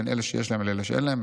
בין אלה שיש להם לאלה שאין להם,